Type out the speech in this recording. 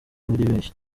baribeshya